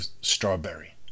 strawberry